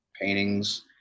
paintings